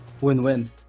Win-win